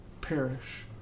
perish